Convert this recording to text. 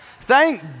Thank